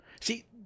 See